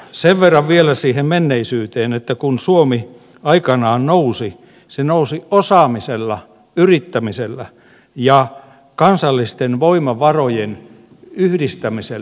sen verran vielä siihen menneisyyteen että kun suomi aikanaan nousi se nousi osaamisella yrittämisellä ja kansallisten voimavarojen yhdistämisellä